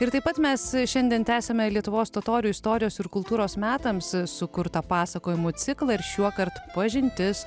ir taip pat mes šiandien tęsiame lietuvos totorių istorijos ir kultūros metams sukurtą pasakojimų ciklą ir šiuokart pažintis